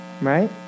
Right